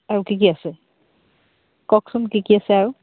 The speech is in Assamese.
আৰু কি কি আছে কওকচোন কি কি আছে আৰু